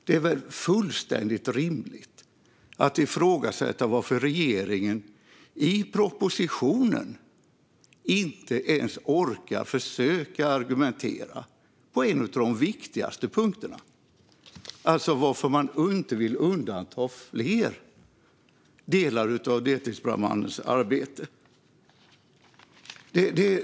Det är väl fullständigt rimligt att ifrågasätta varför regeringen i propositionen inte ens orkar försöka argumentera på en av de viktigaste punkterna: varför man inte vill undanta fler delar av deltidsbrandmannens arbete.